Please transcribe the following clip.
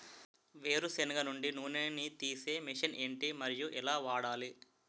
వేరు సెనగ నుండి నూనె నీ తీసే మెషిన్ ఏంటి? మరియు ఎలా వాడాలి?